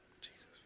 Jesus